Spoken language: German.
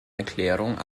erklärung